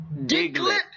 Diglett